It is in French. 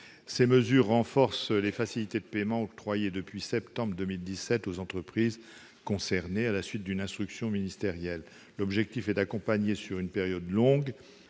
Ces mesures renforcent les facilités de paiement octroyées depuis septembre 2017 aux entreprises concernées à la suite d'une instruction ministérielle. L'objectif est d'accompagner sur une période longue,